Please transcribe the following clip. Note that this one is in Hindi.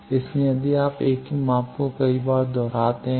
इसलिए यदि आप एक ही माप को कई बार दोहराते हैं